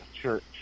church